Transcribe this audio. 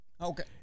okay